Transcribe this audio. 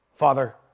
Father